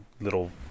little